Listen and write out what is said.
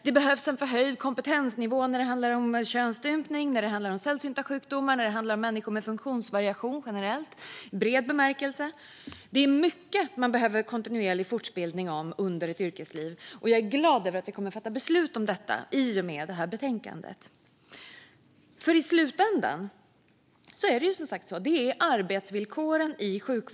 Det behövs också förhöjd kompetensnivå när det handlar om könsstympning, sällsynta sjukdomar och människor med funktionsvariation generellt, i bred bemärkelse. Det är mycket man behöver kontinuerlig fortbildning om under ett yrkesliv. Jag är glad över att vi kommer att fatta beslut om detta i och med det här betänkandet. I slutändan är det arbetsvillkoren i sjukvården som avgör vilket stöd vi alla får när vi blir sjuka.